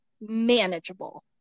manageable